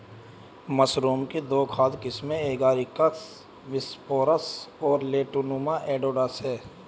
mushroom की दो खाद्य किस्में एगारिकस बिस्पोरस और लेंटिनुला एडोडस है